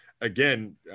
again